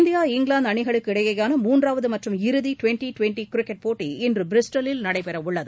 India England அணிகளுக்கிடையேயான மூன்றாவது மற்றும் இறுதி டுவெண்ட்டி டுவெண்ட்டி கிரிக்கெட் போட்டி இன்று பிரிஸ்டலில் நடைபெற உள்ளது